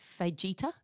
Vegeta